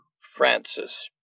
Francis